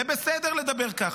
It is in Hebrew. זה בסדר לדבר ככה.